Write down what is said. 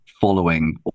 following